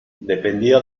dependía